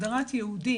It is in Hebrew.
הגדרת יהודי,